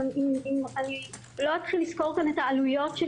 אני לא אתחיל לסקור כאן את העלויות של